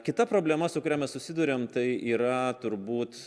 kita problema su kuria mes susiduriam tai yra turbūt